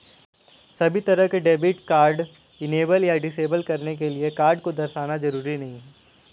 सभी तरह के डेबिट कार्ड इनेबल या डिसेबल करने के लिये कार्ड को दर्शाना जरूरी नहीं है